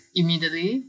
immediately